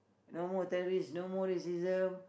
no more terrorist no more racism